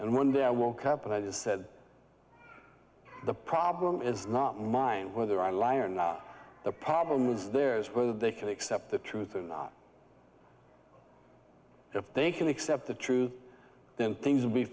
and one day i woke up and i just said the problem is not mine whether i lie or not the problem is there is whether they can accept the truth or not if they can accept the truth then things will be